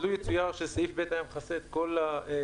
לו יצויין שסעיף (ב) היה מכסה את כל האירועים,